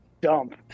dump